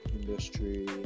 industry